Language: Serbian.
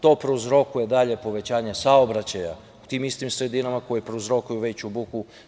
To prouzrokuje dalje povećanje saobraćaja u tim istim sredinama, koje prouzrokuju veću buku.